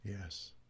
Yes